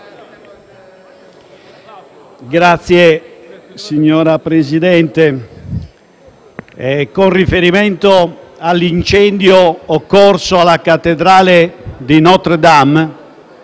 *relatore*. Signor Presidente, con riferimento all'incendio occorso alla cattedrale di Notre-Dame,